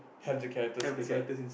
have the characters inside